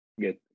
Good